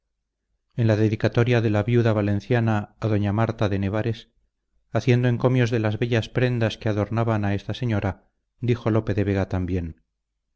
en la dedicatoria de la viuda valenciana a d a marta de nevares haciendo encomios de las bellas prendas que adornaban a esta señora dijo lope de vega también